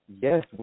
Yes